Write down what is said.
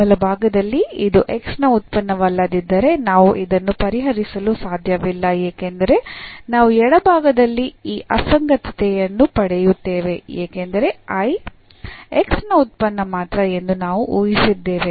ಬಲಭಾಗದಲ್ಲಿ ಇದು x ನ ಉತ್ಪನ್ನವಲ್ಲದಿದ್ದರೆ ನಾವು ಇದನ್ನು ಪರಿಹರಿಸಲು ಸಾಧ್ಯವಿಲ್ಲ ಏಕೆಂದರೆ ನಾವು ಎಡಭಾಗದಲ್ಲಿ ಈ ಅಸಂಗತತೆಯನ್ನು ಪಡೆಯುತ್ತೇವೆ ಏಕೆಂದರೆ I x ನ ಉತ್ಪನ್ನ ಮಾತ್ರ ಎಂದು ನಾವು ಊಹಿಸಿದ್ದೇವೆ